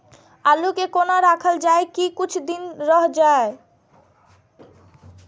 आलू के कोना राखल जाय की कुछ दिन रह जाय?